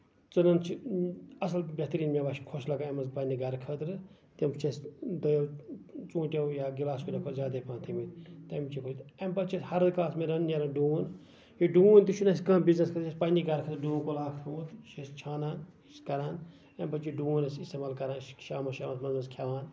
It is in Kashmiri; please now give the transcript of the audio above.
ژٕنُن چھِ اَصٕل بہتریٖن میوٕ اَسہِ خۄش لگان امہِ پَنٕنہِ گرٕ خٲطرٕ ژوٗنٹیو یا گِلاس کُلیو کھۄتہٕ زیادے پَہن تھٲے مٕتۍ اَمہِ پَتہٕ چھِ اَسہِ ہَردَس منٛز نیران ڈوٗنۍ یہِ ڈوٗنۍ تہِ چھُنہٕ اَسہِ کانہہ بِزنس وِزنس پَنٕنہِ گرٕ خٲطرٕ کُلۍ اکھ سُہ چھِ أسۍ چھنان سُہ چھِ أسۍ کَڑان یہِ ڈوٗن أسۍ اِستعمال کران أسۍ چھِ شامن شامَن سُہ کھٮ۪وان